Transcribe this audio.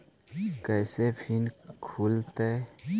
कैसे फिन खुल तय?